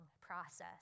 process